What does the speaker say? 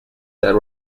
that